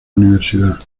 universidad